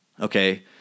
okay